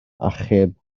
achub